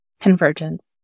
convergence